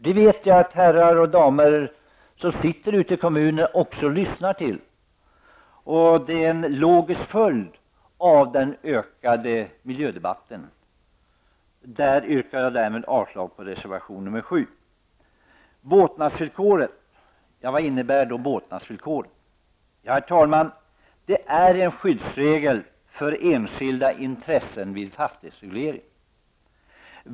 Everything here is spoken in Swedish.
Jag vet att de herrar och damer som bestämmer i kommunerna också lyssnar till dessa argument. Det är en logisk följd av den ökade miljödebatten. Jag yrkar därmed avslag på reservation nr 7. Så till båtnadsvillkoret. Vad innebär båtnadsvillkoret? Det är, herr talman, en skyddsregel för enskilda intressen vid fastighetsreglering.